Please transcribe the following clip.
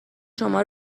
شما